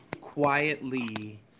quietly